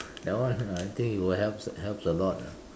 that one ah I think it will helps helps a lot ah